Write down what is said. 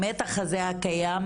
המתח הזה הקיים,